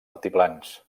altiplans